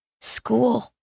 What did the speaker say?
School